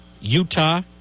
Utah